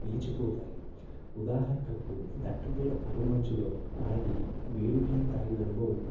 నిలిచిపోతాయి ఉదాహరణకు దట్టమైన పొగ మంచులో ఆగి వేడి టీ తాగిన అనుభవం